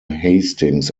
hastings